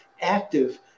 active